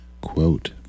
Quote